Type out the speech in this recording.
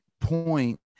point